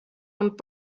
und